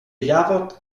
jawort